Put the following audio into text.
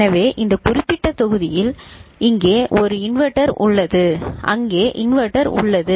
எனவே இந்த குறிப்பிட்ட தொகுதியில் இங்கே ஒரு இன்வெர்ட்டர் உள்ளது அங்கே இன்வெர்ட்டர் உள்ளது